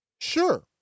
Sure